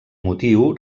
motiu